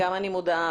גם אני מודה,